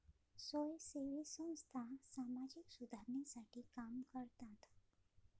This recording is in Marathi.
स्वयंसेवी संस्था सामाजिक सुधारणेसाठी काम करतात